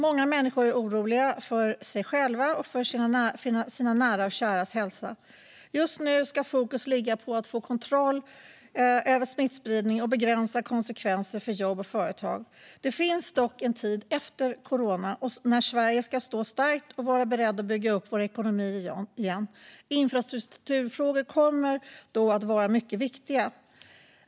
Många människor är oroliga för sin egen och sina näras och käras hälsa. Just nu ska fokus ligga på att få kontroll över smittspridningen och begränsa konsekvenserna för jobb och företag. Det finns dock en tid efter corona, när Sverige ska stå starkt och vara berett att bygga upp vår ekonomi igen. Infrastrukturfrågor kommer då att vara mycket viktiga.